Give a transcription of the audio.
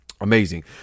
Amazing